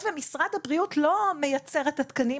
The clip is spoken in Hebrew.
בדיוק, אם אפשר לבודד את זה רגע